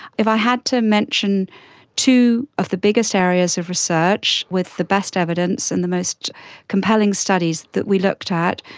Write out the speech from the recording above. if i had to mention two of the biggest areas of research with the best evidence and the most compelling studies that we looked at,